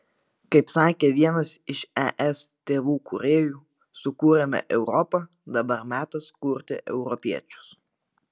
kaip sakė vienas iš es tėvų kūrėjų sukūrėme europą dabar metas kurti europiečius